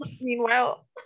Meanwhile